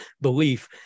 belief